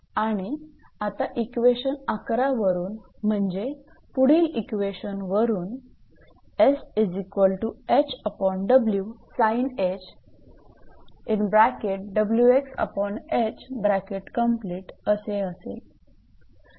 आणि आता इक्वेशन 11 वरून म्हणजे पुढील इक्वेशन वरून